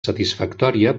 satisfactòria